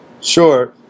sure